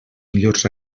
millors